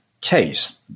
case